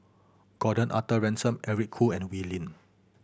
Gordon Arthur Ransome Eric Khoo and Wee Lin